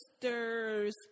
sisters